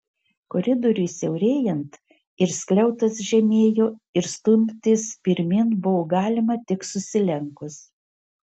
koridoriui siaurėjant ir skliautas žemėjo ir stumtis pirmyn buvo galima tik susilenkus